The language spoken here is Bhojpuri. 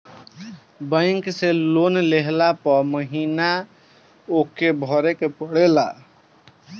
बैंक से लोन लेहला पअ हर महिना ओके भरे के पड़ेला